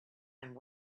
and